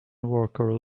worker